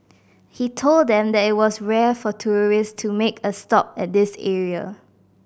he told them that it was rare for tourists to make a stop at this area